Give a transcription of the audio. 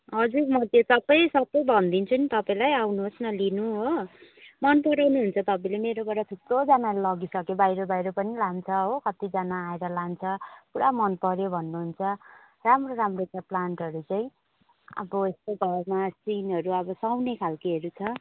हजुर म त्यो सबै सबै भनिदिन्छु नि तपाईँलाई आउनुहोस् न लिनु हो मन पराउनुहुन्छ तपाईँले मेरोबाट थुप्रोजनाले लगिसके बाहिर बाहिर पनि लान्छ हो कतिजना आएर लान्छ पुरा मन पर्यो भन्नुहुन्छ राम्रो राम्रो छ प्लान्टहरू चाहिँ अब यस्तै त हो मा सिनहरू अब सुहाउने खालकोहरू छ